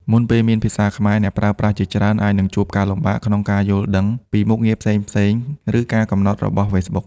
មុនពេលមានភាសាខ្មែរ អ្នកប្រើប្រាស់ជាច្រើនអាចនឹងជួបការលំបាកក្នុងការយល់ដឹងពីមុខងារផ្សេងៗ ឬការកំណត់របស់ Facebook។